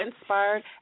inspired